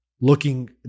looking